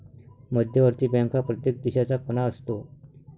मध्यवर्ती बँक हा प्रत्येक देशाचा कणा असतो